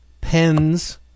Pens